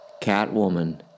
Catwoman